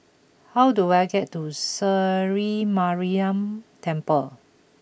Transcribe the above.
how do I get to Sri Mariamman Temple